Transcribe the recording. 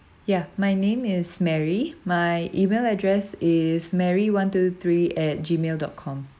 yeah my name is mary my email address is mary one two three at gmail dot com